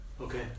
Okay